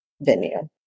venue